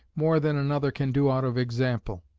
more than another can do out of example.